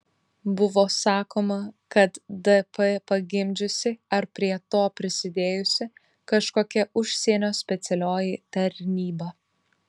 buvo sakoma kad dp pagimdžiusi ar prie to prisidėjusi kažkokia užsienio specialioji tarnyba